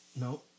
No